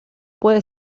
puede